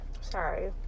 sorry